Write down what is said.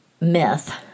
myth